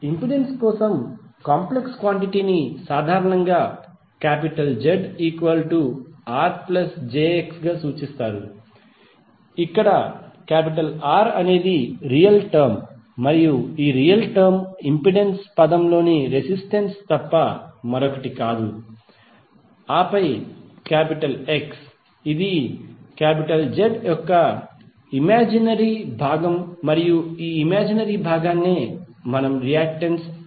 impedance కోసం complex quantity ని సాధారణంగా ZRjX గా సూచిస్తారు ఇక్కడ R అనేది రియల్ టర్మ్ మరియు ఈ రియల్ టర్మ్ ఇంపెడెన్స్ పదంలోని రెసిస్టెన్స్ తప్ప మరొకటి కాదు ఆపై X ఇది Z యొక్క ఇమాజినరీ భాగం మరియు ఈ ఇమాజినరీ భాగాన్ని రియాక్టెన్స్ అంటారు